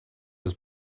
was